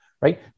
right